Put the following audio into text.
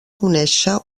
conèixer